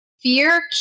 Fear